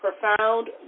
profound